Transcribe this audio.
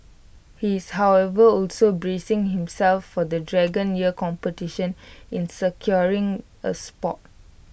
he is however also bracing himself for the dragon year competition in securing A spot